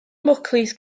mwclis